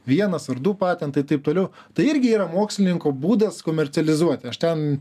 vienas ar du patentai taip toliau tai irgi yra mokslininko būdas komercializuoti aš ten